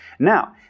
Now